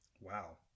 Wow